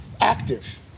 active